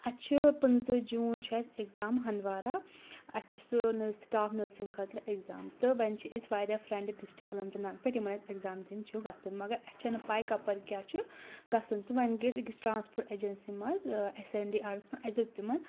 اَسہِ چھِ پٕنٛژٕ جوٗن چھُ اَسہِ اؠگزام ہَندوارا اَسہِ چھُ سُہ نٔرسِنگ سٹاف نٔرسِنٛگ خٲطرٕ اؠگزام تہٕ وۄنۍ چھِ أسۍ واریاہ فرینڈٕ ڈِسٹرک اننت ناگ پؠٹھ یِمن اسہِ اؠگزام چھُ گژھُن مگر اَسہِ چھےٚ نہٕ پَے کَپٲرۍ کیاہ چھُ گژھُن تہٕ وۄنۍ گٔے أکِس ٹرانسپوٹ ایجنسی منٛز ایس این ڈی آرڈس منٛز اسہِ دوٚپ تِمن